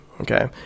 okay